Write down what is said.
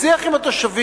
בשיח עם התושבים,